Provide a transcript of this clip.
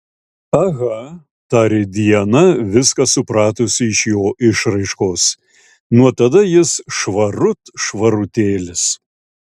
aha tarė diana viską supratusi iš jo išraiškos nuo tada jis švarut švarutėlis